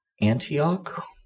Antioch